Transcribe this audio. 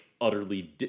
utterly